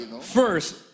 First